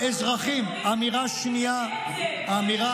אבל הם